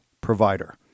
provider